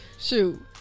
Shoot